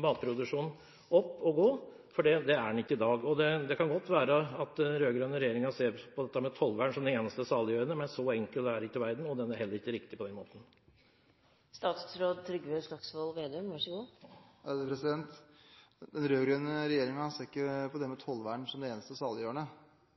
matproduksjonen opp å gå, for der er den ikke i dag. Det kan godt være at den røde-grønne regjeringen ser på tollvern som det eneste saliggjørende, men så enkel er ikke verden, og det blir heller ikke riktig på den måten. Den rød-grønne regjeringen ser ikke på det med tollvern som det eneste saliggjørende, men det er én av de tre hovedbærebjelkene i norsk landbrukspolitikk. Hvis det ikke er et tollvern, vil det